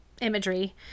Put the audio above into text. imagery